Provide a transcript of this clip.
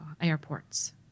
airports